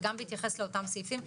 וגם בהתייחס לאותם סעיפים,